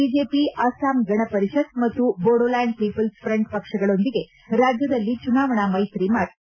BJP Assam Gana Parishad ಮತ್ತು Bodo land people's front ಪಕ್ಷಗಳೊಂದಿಗೆ ರಾಜ್ಯದಲ್ಲಿ ಚುನಾವಣಾ ಮೈತ್ರಿ ಮಾಡಿಕೊಂಡಿದೆ